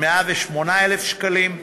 108,000 שקלים,